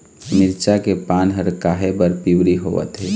मिरचा के पान हर काहे बर पिवरी होवथे?